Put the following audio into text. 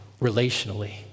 relationally